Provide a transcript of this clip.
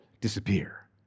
disappear